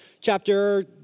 chapter